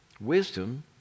Wisdom